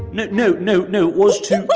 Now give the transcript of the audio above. no, no, no no was to.